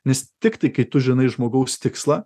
nes tiktai kai tu žinai žmogaus tikslą